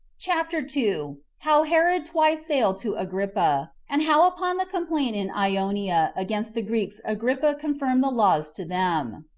chapter two. how herod twice sailed to agrippa and how upon the complaint in ionia against the greeks agrippa confirmed the laws to them.